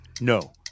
No